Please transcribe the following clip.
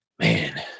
man